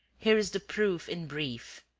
here is the proof in brief.